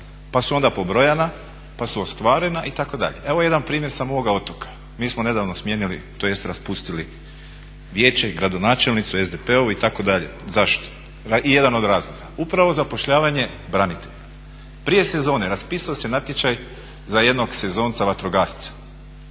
pa su onda pobrojana, pa su ostvarena itd. evo jedan primjer sa moga otoka. Mi smo nedavno smijenili tj. raspustili vijeće i gradonačelnicu SDP-ovu itd. Zašto? I jedan od razloga, upravo zapošljavanje branitelja. Prije sezone raspisao se natječaj za jednog sezonca vatrogasca